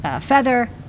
feather